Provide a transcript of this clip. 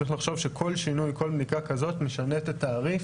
צריך לחשוב שכל שינוי משנה את התעריף.